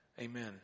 Amen